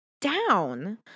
down